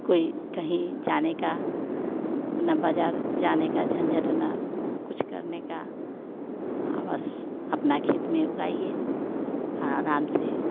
कोई कहीं जाने का ना बाज़ार जाने का झंझट ना कुछ करने का आ बस अपना खेत में उगाइए और आराम से